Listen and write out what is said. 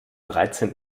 dreizehn